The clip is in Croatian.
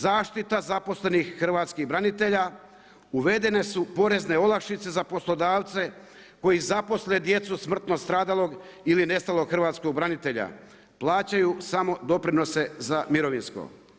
Zaštita zaposlenih hrvatskih branitelja, uvedene su porezne olakšice za poslodavce koji zaposle djecu smrtno stradalog ili nestalog hrvatskog branitelja, plaćaju samo doprinose za mirovinsko.